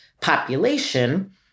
population